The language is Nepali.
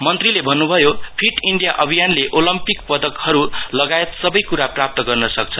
मन्त्रीले भन्नुभयो फिट इण्डिया अभियानले ओलेम्पिक पदकहरु लगायत सबै कुरा प्राप्त गर्न सकिन्छ